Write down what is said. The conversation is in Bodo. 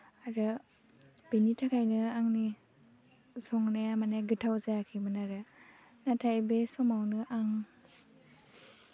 आरो बिनि थाखायनो आंनि संनाया माने गोथाव जायाखैमोन आरो नाथाय बे समावनो आं